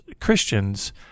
Christians